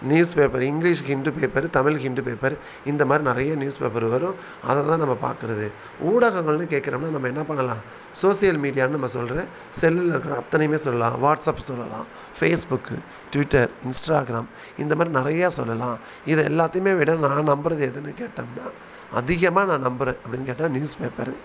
news paper English Hindu paper Tamil Hindu paper இந்த மாதிரி நிறைய நியூஸ் பேப்பரு வரும் அதை தான் நம்ம பார்க்கறது ஊடகங்கள்னு கேட்கறம்னா நம்ம என்ன பண்ணலாம் சோசியல் மீடியானு நம்ம சொல்கிற செல்லில் இருக்கிற அத்தனையுமே சொல்லலாம் வாட்ஸ்ஆப் சொல்லலாம் ஃபேஸ்புக்கு ட்விட்டர் இன்ஸ்டாகிராம் இந்த மாதிரி நிறையா சொல்லலாம் இது எல்லாத்தையுமே விட நான் நம்புகிறது எதுன்னு கேட்டோம்னா அதிகமாக நான் நம்புகிறேன் அப்படின்னு கேட்டால் நியூஸ் பேப்பரு